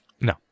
No